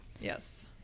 Yes